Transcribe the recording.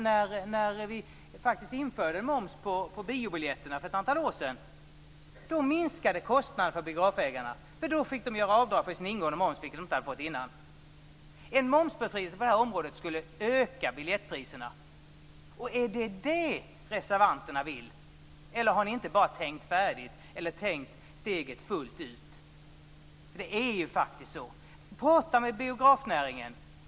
När moms infördes på biobiljetter för ett antal år sedan, minskade kostnaderna för biografägarna. De kunde göra avdrag för ingående moms, vilket de inte kunde göra innan. En momsbefrielse på detta område skulle öka biljettpriserna. Är det vad ni reservanter vill, eller har ni inte tänkt steget fullt ut? Prata med biografnäringen.